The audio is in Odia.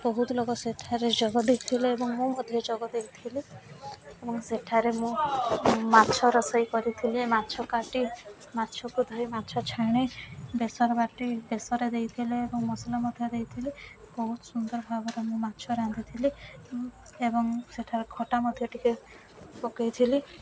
ବହୁତ ଲୋକ ସେଠାରେ ଯୋଗ ଦେଇଥିଲେ ଏବଂ ମୁଁ ମଧ୍ୟ ଯୋଗ ଦେଇଥିଲି ଏବଂ ସେଠାରେ ମୁଁ ମାଛ ରୋଷେଇ କରିଥିଲି ମାଛ କାଟି ମାଛକୁ ଧୋଇ ମାଛ ଛାଣି ବେସର ବାଟି ବେସର ଦେଇଥିଲେ ଏବଂ ମସଲା ମଧ୍ୟ ଦେଇଥିଲେ ବହୁତ ସୁନ୍ଦର ଭାବରେ ମୁଁ ମାଛ ରାନ୍ଧିଥିଲି ଏବଂ ସେଠାରେ ଖଟା ମଧ୍ୟ ଟିକେ ପକାଇ ଥିଲି